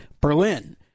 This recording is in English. Berlin